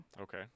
Okay